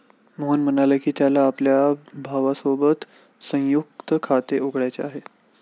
मोहन म्हणाला की, त्याला आपल्या भावासोबत संयुक्त खाते उघडायचे आहे